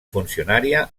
funcionària